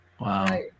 wow